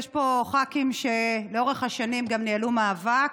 יש פה ח"כים שלאורך השנים גם ניהלו מאבק,